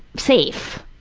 safe,